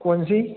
कौन सी